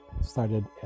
started